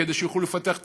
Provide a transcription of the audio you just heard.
כדי שיוכלו לפתח תעשייה,